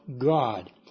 God